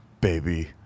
baby